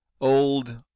Old